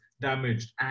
damaged